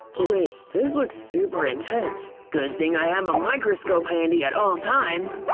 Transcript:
wait, this looks super intense! good thing i have a microscope handy at all times!